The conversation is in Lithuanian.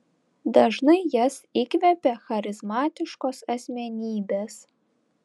dažnai jas įkvepia charizmatiškos asmenybės